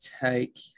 take